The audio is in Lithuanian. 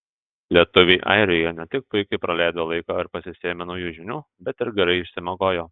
lietuviai airijoje ne tik puikiai praleido laiką ar pasisėmė naujų žinių bet ir gerai išsimiegojo